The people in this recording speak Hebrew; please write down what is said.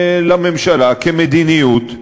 כמדיניות,